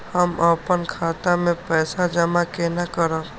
हम अपन खाता मे पैसा जमा केना करब?